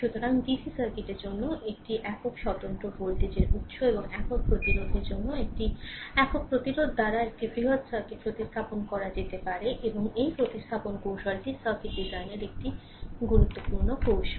সুতরাং ডিসি সার্কিটের জন্য একটি একক স্বতন্ত্র ভোল্টেজ উত্স এবং একক প্রতিরোধকের জন্য একটি একক প্রতিরোধক দ্বারা একটি বৃহৎ সার্কিট প্রতিস্থাপন করা যেতে পারে এবং এই প্রতিস্থাপন কৌশলটি সার্কিট ডিজাইনের একটি গুরুত্বপূর্ণ কৌশল